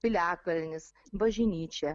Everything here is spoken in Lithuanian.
piliakalnis bažnyčia